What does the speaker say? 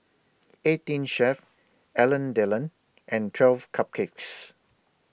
eighteen Chef Alain Delon and twelve Cupcakes